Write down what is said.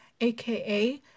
aka